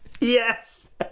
Yes